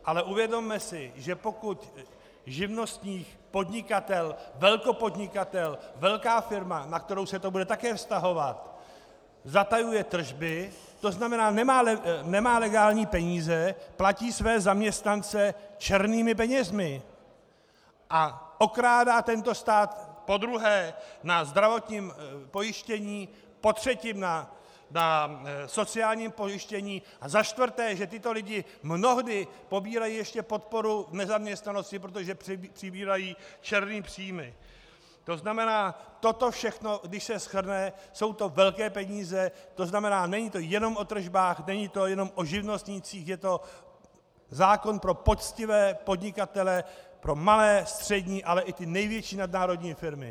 Ale uvědomme si, že pokud živnostník, podnikatel, velkopodnikatel, velká firma, na kterou se to bude také vztahovat, zatajuje tržby, to znamená, nemá legální peníze, platí své zaměstnance černými penězi a okrádá tento stát podruhé na zdravotním pojištění, potřetí na sociálním pojištění, a za čtvrté, že tito lidé mnohdy pobírají ještě podporu v nezaměstnanosti, protože pobírají černé příjmy, to znamená, toto všechno když se shrne, jsou to velké peníze, to znamená, není to jenom o tržbách, není to jenom o živnostnících, je to zákon pro poctivé podnikatele, pro malé, střední, ale i ty největší nadnárodní firmy.